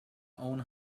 own